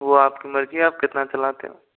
वह आपकी मर्जी है आप कितना चलाते हो